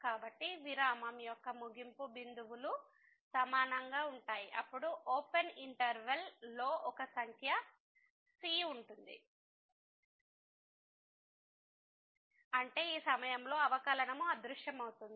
కాబట్టి విరామం యొక్క ముగింపు బిందువులు end points ఎండ్ పాయింట్ సమానంగా ఉంటాయి అప్పుడు ఓపెన్ ఇంటర్వెల్ a b లో ఒక సంఖ్య c ఉంటుంది అంటే ఈ సమయంలో అవకలనము అదృశ్యమవుతుంది